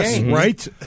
right